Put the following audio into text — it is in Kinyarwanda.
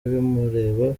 bimureba